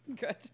Good